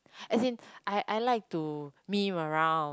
as in I I like to meme around